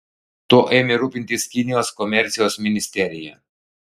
tuo ėmė rūpintis kinijos komercijos ministerija